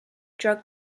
drug